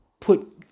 put